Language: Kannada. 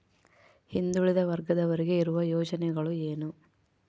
ಹಿಂದುಳಿದ ವರ್ಗದವರಿಗೆ ಇರುವ ಯೋಜನೆಗಳು ಏನು?